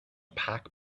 pack